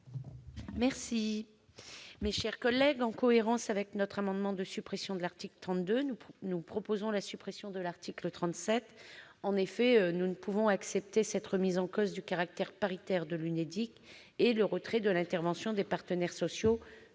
Cathy Apourceau-Poly. En cohérence avec notre amendement de suppression de l'article 32, nous proposons la suppression de l'article 37. En effet, nous ne pouvons accepter cette remise en cause du caractère paritaire de l'UNEDIC et le retrait de l'intervention des partenaires sociaux